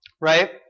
right